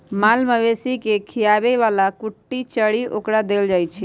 माल मवेशी के खीयाबे बला कुट्टी चरी ओकरा देल जाइ छै